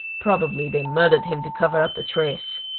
probably they murdered him to cover up the trace.